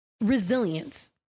resilience